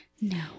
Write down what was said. No